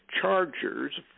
Chargers